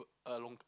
a long~